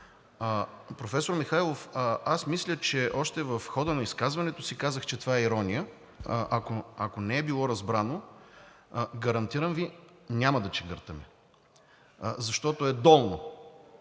Професор Михайлов, аз мисля, че още в хода на изказването си казах, че това е ирония, ако не е било разбрано. Гарантирам Ви, няма да чегъртаме, защото е долно